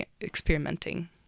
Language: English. experimenting